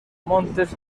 montes